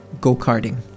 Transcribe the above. Go-karting